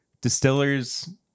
distillers